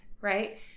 right